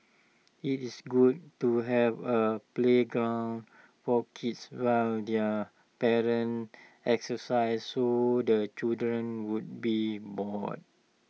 IT is good to have A playground for kids while their parents exercise so the children won't be bored